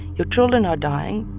your children are dying.